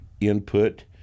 input